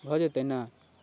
भऽ जेतै ने